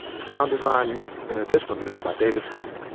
sound design, mix, and additional music by david herman.